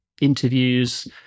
interviews